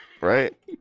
Right